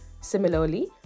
Similarly